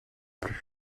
plus